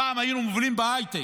פעם היינו מובילים בהייטק,